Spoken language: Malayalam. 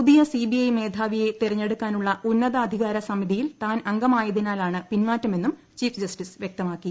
പുതിയ സിബിഐ മേധാവിയെ ് തെരഞ്ഞെടുക്കാനുള്ള ഉന്നതാധികാര സമിതിയിൽ അംഗമായതിനാലാണ് പിൻമാറ്റമെന്നും ചീഫ് ജസ്റ്റിസ്റ് വൃക്തമാക്കി